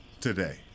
today